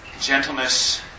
gentleness